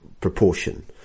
proportion